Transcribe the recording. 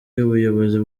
y’ubuyobozi